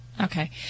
Okay